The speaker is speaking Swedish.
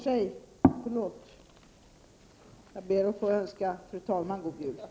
Jag ber att få önska fru talmannen god jul.